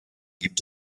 gibt